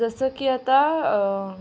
जसं की आता